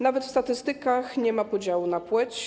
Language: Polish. Nawet w statystykach nie ma podziału na płeć.